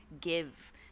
give